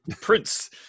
Prince